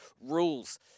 rules